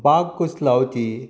बाग कशी लावची